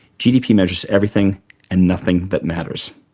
gdp measures everything and nothing that matters.